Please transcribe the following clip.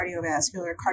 cardiovascular